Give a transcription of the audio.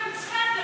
איזה מצור?